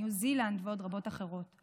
ניו זילנד ועוד רבות אחרות.